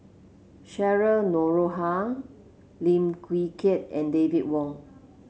Cheryl Noronha Lim Wee Kiak and David Wong